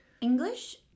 English